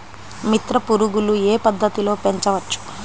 మిత్ర పురుగులు ఏ పద్దతిలో పెంచవచ్చు?